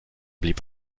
blieb